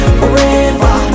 forever